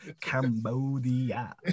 Cambodia